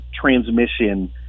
transmission